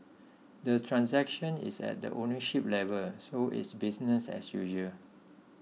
the transaction is at the ownership level so it's business as usual